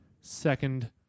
Second